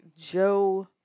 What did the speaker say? Joe